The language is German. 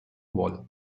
wolle